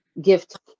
gift